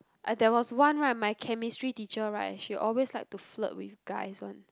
I there was one right my chemistry teacher right she always like to flirt with guys one